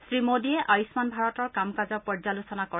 শ্ৰীমোডীয়ে আয়ুস্মান ভাৰতৰ কাম কাজৰ পৰ্যালোচনা কৰে